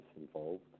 involved